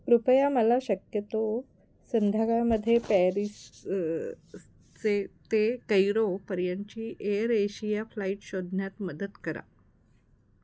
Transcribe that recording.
कृपया मला शक्यतो संध्याकाळमध्ये पॅरिस चे ते कैरोपर्यंतची एअर एशिया फ्लाईट शोधण्यात मदत करा